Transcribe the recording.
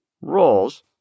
roles